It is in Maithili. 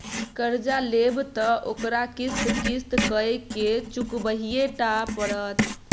कर्जा लेब त ओकरा किस्त किस्त कए केँ चुकबहिये टा पड़त